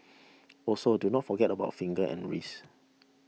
also do not forget about the fingers and wrists